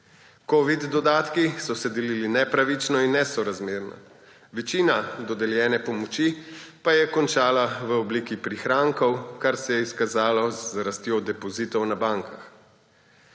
Covidni dodatki so se delili nepravično in nesorazmerno. Večina dodeljene pomoči pa je končala v obliki prihrankov, kar se je izkazalo z rastjo depozitov na bankah.